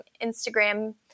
Instagram